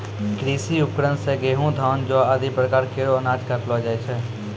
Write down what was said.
कृषि उपकरण सें गेंहू, धान, जौ आदि प्रकार केरो अनाज काटलो जाय छै